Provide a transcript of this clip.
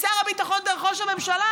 משר הביטחון דרך ראש הממשלה?